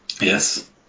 Yes